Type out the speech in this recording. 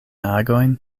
agojn